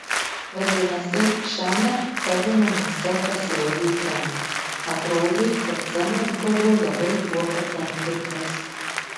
vadinasi šiąnakt tavo namuose pasirodė pem atrodė kad semas buvo labai tuo patenkintas